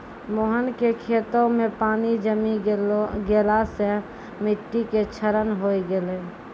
मोहन के खेतो मॅ पानी जमी गेला सॅ मिट्टी के क्षरण होय गेलै